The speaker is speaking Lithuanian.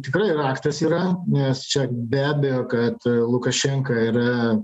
tikrai raktas yra nes čia be abejo kad lukašenka yra